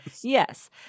Yes